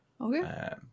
Okay